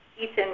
Ethan